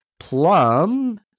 plum